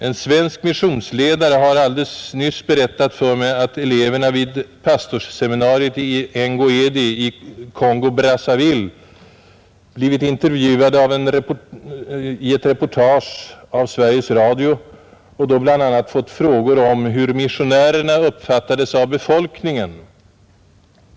En svensk missionsledare har nyss berättat för mig att eleverna vid pastorsseminariet i Ngouedi i Kongo-Brazzaville blivit intervjuade i ett reportage av Sveriges Radio och då bl.a. fått frågor om hur missionärerna uppfattades av befolkningen.